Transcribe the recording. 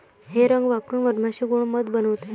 हे रंग वापरून मधमाशी गोड़ मध बनवते